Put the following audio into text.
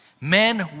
Men